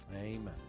Amen